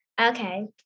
Okay